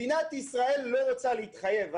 מדינת ישראל לא רוצה להתחייב,